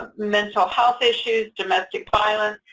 ah mental health issues, domestic violence.